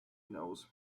knows